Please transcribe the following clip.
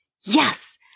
Yes